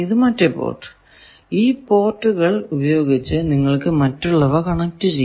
മറ്റേ പോർട്ടുകൾ ഉപയോഗിച്ച് നിങ്ങൾക്കു മറ്റുള്ളവ കണക്ട് ചെയ്യാം